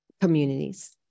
communities